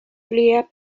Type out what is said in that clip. leah